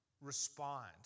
respond